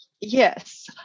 Yes